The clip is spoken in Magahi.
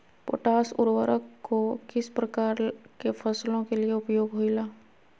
पोटास उर्वरक को किस प्रकार के फसलों के लिए उपयोग होईला?